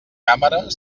càmera